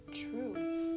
true